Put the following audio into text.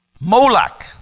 Moloch